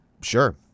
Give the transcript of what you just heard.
Sure